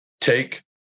take